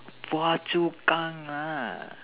Phua-Chu-Kang ah